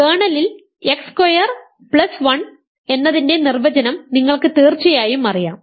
കേർണലിൽ x square plus 1 എന്നതിന്റെ നിർവചനം നിങ്ങൾക്ക് തീർച്ചയായും അറിയാം